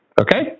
Okay